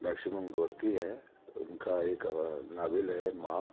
maximum Gorky ہے ان کا ایک ناول ہے ماں